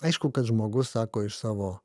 aišku kad žmogus sako iš savo